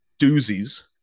doozies